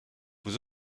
vous